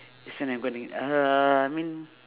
this one I'm gonna g~ uhh I mean